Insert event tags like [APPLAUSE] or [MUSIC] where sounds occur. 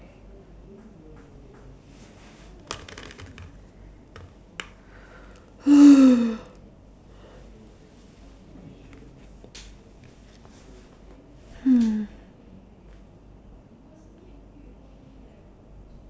[NOISE]